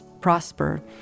prosper